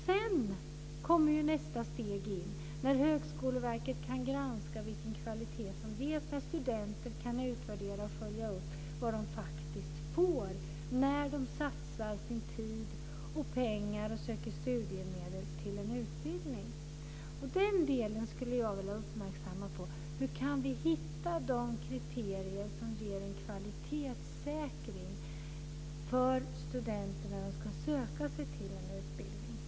Sedan kommer nästa steg när Högskoleverket kan granska vilken kvalitet som ges, när studenten kan utvärdera och följa upp vad de faktiskt får när de satsar sin tid och sina pengar och söker studiemedel till en utbildning. Den delen skulle jag vilja uppmärksamma. Hur kan vi hitta de kriterier som ger en kvalitetssäkring för studenterna när de ska söka sig till en utbildning?